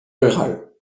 rural